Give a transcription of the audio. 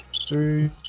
three